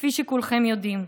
כפי שכולכם יודעים,